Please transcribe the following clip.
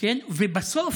כן, ובסוף